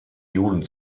juden